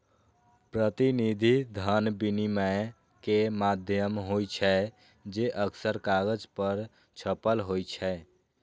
प्रतिनिधि धन विनिमय के माध्यम होइ छै, जे अक्सर कागज पर छपल होइ छै